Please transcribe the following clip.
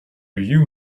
you